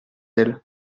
elle